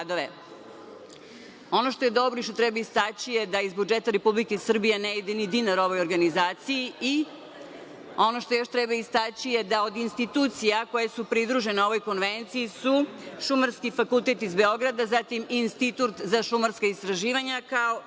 što je dobro i što treba istaći je da iz budžeta Republike Srbije ne ide ni dinar ovoj organizaciji i ono što još treba istaći je da od institucija koje su pridružene ovoj konvenciji su Šumarski fakultet iz Beograda, zatim Institut za šumarska istraživanja, kao